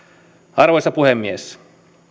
arvoisa puhemies